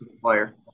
player